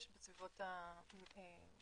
היום יש בסביבות ה-100.